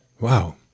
Wow